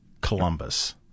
Columbus